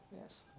yes